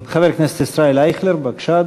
חבר הכנסת ישראל אייכלר, בבקשה,